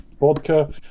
vodka